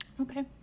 Okay